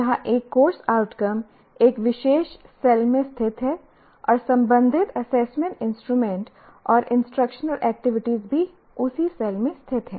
जहां एक course outcome एक विशेष सेल में स्थित है और संबंधित असेसमेंट इंस्ट्रूमेंट और इंस्ट्रक्शनल एक्टिविटीज भी उसी सेल में स्थित हैं